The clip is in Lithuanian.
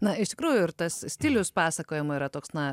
na iš tikrųjų ir tas stilius pasakojamo yra toks na